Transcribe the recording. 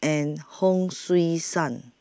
and Hon Sui Sen